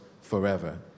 forever